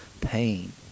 pain